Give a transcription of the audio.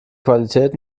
qualität